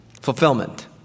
Fulfillment